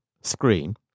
screen